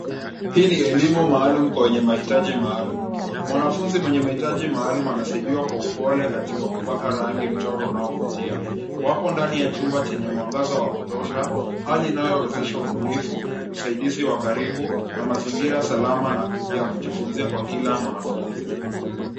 Hii ni elimu maalum kwa mahitaji maalum. Mwanafunzi mwenye mahitaji maalum anasaidiwa kwa upole katika kupaka rangi mchoro wa kuvutia. Wapo ndani ya chumba chenye mwangaza wa kutosha, hali inayowezesha ubunifu, usaidizi wa karibu, na mazingira salama ya kujifunzia kwa kila mwanafunzi.